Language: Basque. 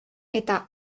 eta